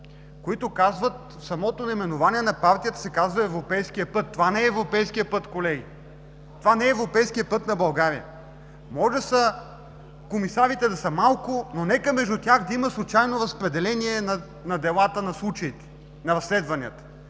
които казват, самото наименование на партията се казва „Европейският път”. Това не е европейският път, колеги! Това не е европейският път на България. Може комисарите да са малко, но нека между тях да има случайно разпределение на делата, на случаите, на разследванията!